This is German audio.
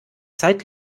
zeit